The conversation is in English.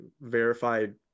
verified